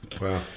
Wow